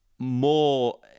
more